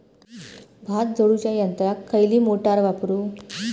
भात झोडूच्या यंत्राक खयली मोटार वापरू?